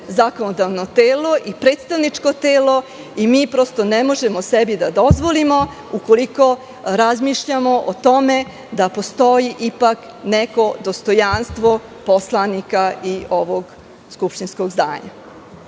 zakonodavno telo i predstavničko telo i mi prosto ne možemo sebi da dozvolimo ukoliko razmišljamo o tome da postoji ipak neko dostojanstvo poslanika i ovog skupštinskog zdanja. Dakle,